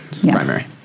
primary